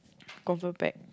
confirm pack